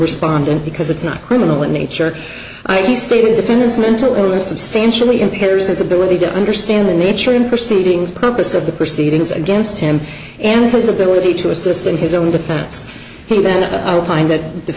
responding because it's not criminal in nature he stated the pendants mental illness substantially impairs his ability to understand the nature and proceedings purpose of the proceedings against him and his ability to assist in his own defense he then a find that